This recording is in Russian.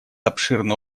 обширный